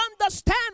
understand